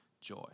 joy